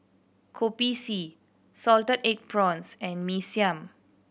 Kopi C salted egg prawns and Mee Siam